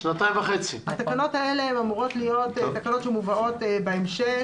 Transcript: התקנות האלה אמורות להיות תקנות שמובאות בהמשך